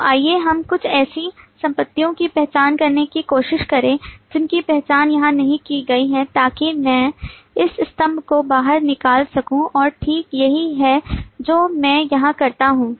तो आइए हम कुछ ऐसी संपत्तियों की पहचान करने की कोशिश करें जिनकी पहचान यहाँ नहीं की गई है ताकि मैं इस स्तंभ को बाहर निकाल सकूँ और ठीक यही है जो मैं यहाँ करता हूँ